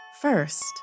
First